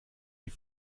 die